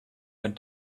went